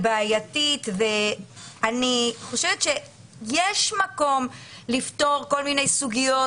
היא בעייתית ואני חושבת שיש מקום לפתור כל מיני סוגיות